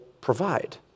provide